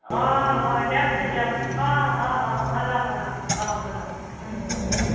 অ অ দিয়ক তে দিয়ক অ অ অ উলাওক উলাওক অ হ'ব দিয়ক